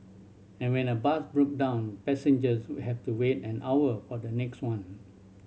and when a bus broke down passengers would have to wait an hour for the next one